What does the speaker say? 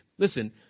Listen